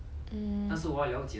mm